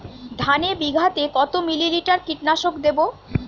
ধানে বিঘাতে কত মিলি লিটার কীটনাশক দেবো?